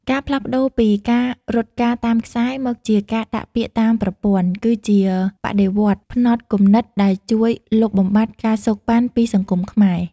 ការផ្លាស់ប្តូរពី "ការរត់ការតាមខ្សែ" មកជា "ការដាក់ពាក្យតាមប្រព័ន្ធ" គឺជាបដិវត្តន៍ផ្នត់គំនិតដែលជួយលុបបំបាត់ ការសូកប៉ាន់ ពីសង្គមខ្មែរ។